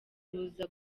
ruza